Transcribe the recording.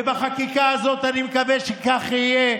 ובחקיקה הזאת אני מקווה שכך יהיה,